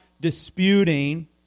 disputing